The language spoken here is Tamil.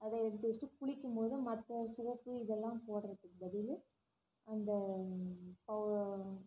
அதை எடுத்து வச்சிட்டு குளிக்கும் போது மற்ற சோப்பு இதெல்லாம் போடுறதுக்கு பதில் அந்த பவு